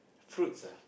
fruits ah